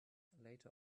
later